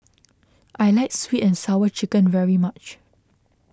I like Sweet and Sour Chicken very much